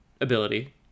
ability